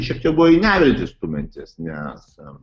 šiek tiek buvo į neviltį stumiantis nes